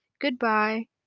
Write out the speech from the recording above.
Goodbye